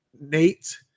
Nate